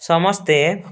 ସମସ୍ତେ